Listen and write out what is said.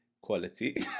quality